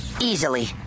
Easily